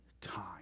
time